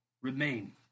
Remain